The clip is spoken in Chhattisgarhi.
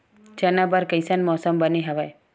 चना बर कइसन मौसम बने हवय?